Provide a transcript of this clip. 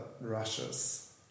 rushes